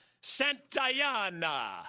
Santayana